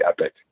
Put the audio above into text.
epic